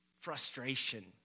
frustration